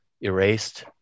erased